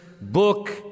book